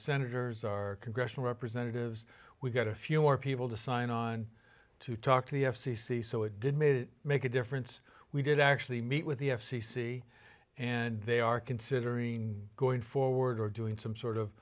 senators our congressional representatives we got a few more people to sign on to talk to the f c c so it did maybe make a difference we did actually meet with the f c c and they are considering going forward or doing some sort of